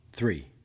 Three